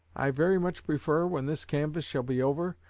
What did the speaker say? i very much prefer, when this canvass shall be over,